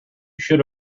should